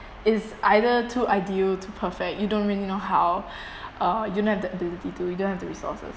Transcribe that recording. it's either too ideal too perfect you don't really know how uh you don't have the ability to do it you don't have the resources